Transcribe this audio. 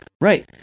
Right